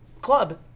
club